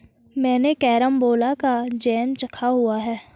मैंने कैरमबोला का जैम चखा हुआ है